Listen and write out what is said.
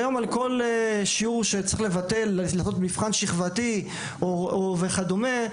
היום על כל שיעור שצריך לבטל כדי לעשות מבחן שכבתי או משהו דומה,